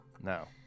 No